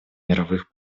мировых